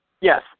Yes